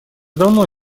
давно